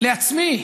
לעצמי,